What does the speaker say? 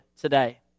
today